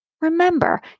Remember